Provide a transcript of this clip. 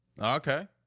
Okay